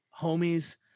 homies